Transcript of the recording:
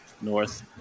north